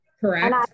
Correct